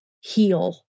heal